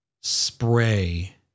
spray